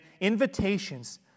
invitations